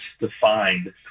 defined